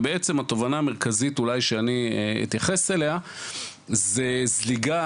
ובעצם התובנה המרכזית אולי שאני אתייחס אליה זה זליגה,